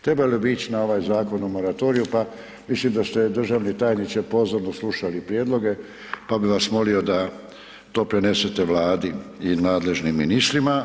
Trebali bi ići na ovaj zakon o moratoriju pa, mislim da ste državni tajniče pozorno slušali prijedloge pa bi vas molio da to prenesete Vladi i nadležnim ministrima.